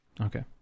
Okay